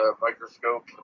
microscope